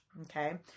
okay